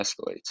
escalates